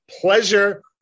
pleasure